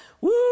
Woo